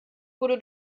wurde